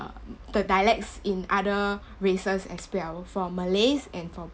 um the dialects in other races as well from malays and from